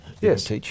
Yes